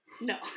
No